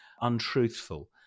untruthful